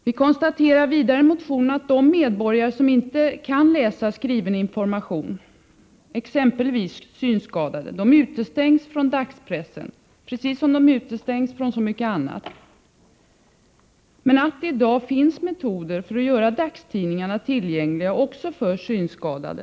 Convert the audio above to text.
Vi konstaterar i motionen att de medborgare som inte kan läsa skriven information, det gäller t.ex. synskadade, utestängs från dagspressen på precis samma sätt som de utestängs från så mycket annat men att det i dag finns metoder för att göra dagstidningarna tillgängliga också för synskadade.